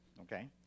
okay